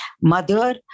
mother